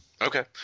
Okay